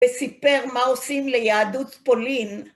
וסיפר מה עושים ליהדות פולין.